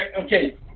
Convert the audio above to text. Okay